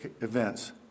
events